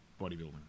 bodybuilding